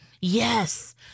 Yes